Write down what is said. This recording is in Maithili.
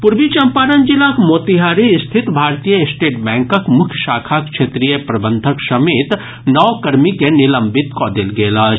पूर्वी चंपारण जिलाक मोतिहारी स्थित भारतीय स्टेट बैंकक मुख्य शाखाक क्षेत्रीय प्रबंधक समेत नओ कर्मी के निलंबित कऽ देल गेल अछि